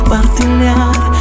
Partilhar